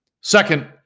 Second